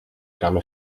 cama